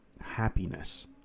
happiness